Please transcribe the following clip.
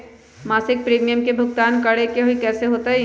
मासिक प्रीमियम के भुगतान करे के हई कैसे होतई?